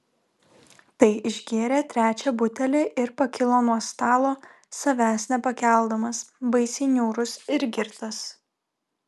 tai išgėrė trečią butelį ir pakilo nuo stalo savęs nepakeldamas baisiai niaurus ir girtas